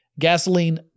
Gasoline